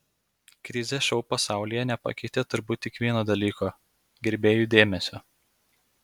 krizė šou pasaulyje nepakeitė turbūt tik vieno dalyko gerbėjų dėmesio